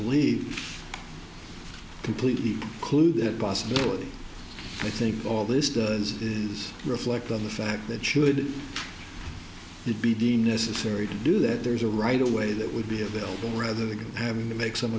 believe completely the possibility i think all this does is reflect of the fact that should be the necessary to do that there is a right away that would be available rather than having to make some